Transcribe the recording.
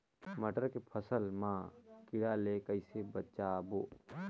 मटर के फसल मा कीड़ा ले कइसे बचाबो?